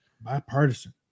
Bipartisan